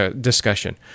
discussion